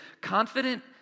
confident